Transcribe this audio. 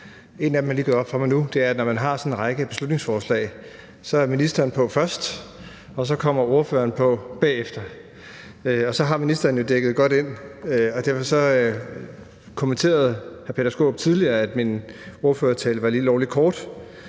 En af dem er lige gået op for mig nu. Når man har sådan en række af beslutningsforslag, er ministeren på først, og så kommer ordføreren på bagefter, og så har ministeren jo dækket det godt. Derfor kommenterede hr. Peter Skaarup tidligere, at min ordførertale var lige lovlig kort.